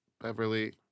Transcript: Beverly